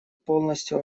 полностью